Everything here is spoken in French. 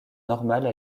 normale